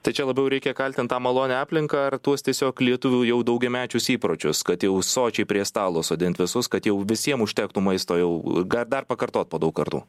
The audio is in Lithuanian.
tai čia labiau reikia kaltint tą malonią aplinką ar tuos tiesiog lietuvių jau daugiamečius įpročius kad jau sočiai prie stalo sodint visus kad jau visiem užtektų maisto jau gal dar pakartoti po daug kartų